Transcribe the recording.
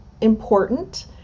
important